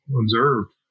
observed